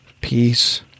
peace